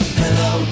hello